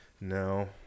No